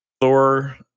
Thor